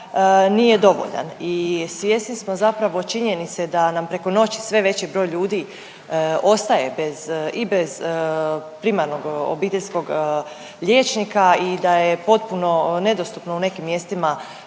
nije dovoljan i svjesni smo zapravo činjenice da nam preko noći sve veći broj ljudi ostaje bez i bez primarnog obiteljskog liječnika i da je potpuno nedostupno u nekim mjestima